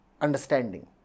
understanding